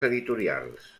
editorials